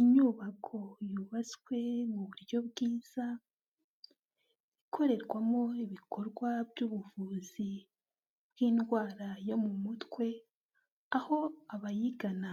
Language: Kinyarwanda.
Inyubako yubatswe mu buryo bwiza ikorerwamo ibikorwa by'ubuvuzi bw'indwara yo mu mutwe, aho abayigana